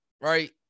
Right